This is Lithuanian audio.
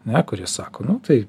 ane kurie sako nu tai